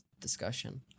discussion